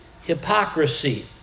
hypocrisy